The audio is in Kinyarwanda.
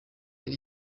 yari